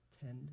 Tend